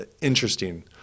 interesting